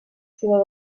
sinó